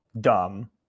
dumb